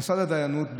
מוסד הדיינות,